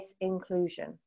inclusion